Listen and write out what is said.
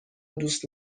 دوست